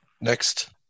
Next